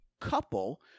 couple